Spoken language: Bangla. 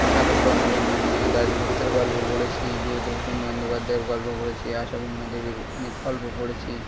অলোকরঞ্জন দাশগুপ্তের গল্প পড়েছি বিভূতিভূষণ বন্দ্যোপাধ্যায়ের গল্প পড়েছি আশাপূর্ণা দেবীর অনেক গল্প পড়েছি